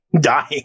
dying